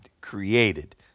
created